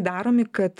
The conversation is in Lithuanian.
daromi kad